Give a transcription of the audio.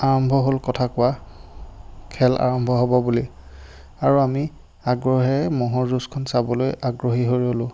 আৰম্ভ হ'ল কথা কোৱা খেল আৰম্ভ হ'ব বুলি আৰু আমি আগ্ৰহেৰে ম'হৰ যুঁজখন চাবলৈ আগ্ৰহী হৈ ৰ'লোঁ